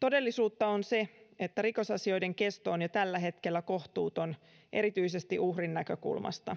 todellisuutta on se että rikosasioiden kesto on jo tällä hetkellä kohtuuton erityisesti uhrin näkökulmasta